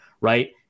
right